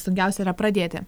sunkiausia yra pradėti